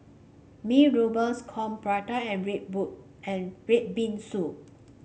Mee Rebus corn Prata and red and red bean soup